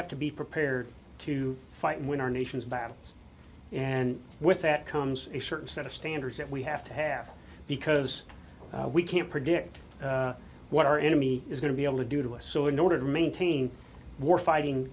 have to be prepared to fight when our nation's battles and with that comes a certain set of standards that we have to have because we can't predict what our enemy is going to be able to do to us so in order to maintain war fighting